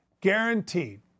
Guaranteed